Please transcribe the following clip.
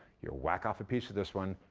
you whack off a piece of this one,